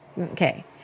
Okay